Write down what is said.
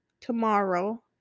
tomorrow